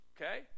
okay